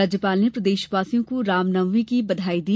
राज्यपाल ने प्रदेशवासियों को रामनवमी की बधाई दी